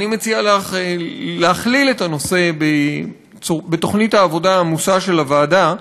אני מציע לך לכלול את הנושא בתוכנית העבודה העמוסה של הוועדה.